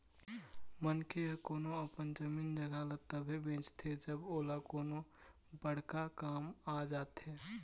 मनखे ह कोनो अपन जमीन जघा ल तभे बेचथे जब ओला कोनो बड़का काम आ जाथे